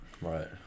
Right